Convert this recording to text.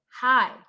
hi